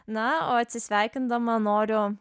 na o atsisveikindama noriu